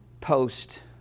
post